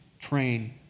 train